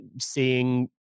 seeing